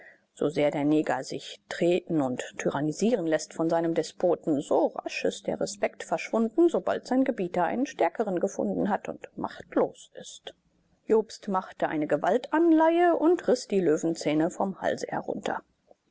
so sehr der neger sich treten und tyrannisieren läßt von seinem despoten so rasch ist der respekt verschwunden sobald sein gebieter einen stärkeren gefunden hat und machtlos ist jobst machte eine gewaltanleihe und riß die löwenzähne vom halse herunter